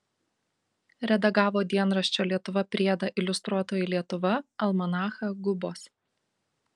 redagavo dienraščio lietuva priedą iliustruotoji lietuva almanachą gubos